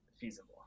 feasible